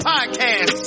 Podcast